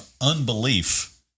unbelief